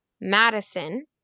Madison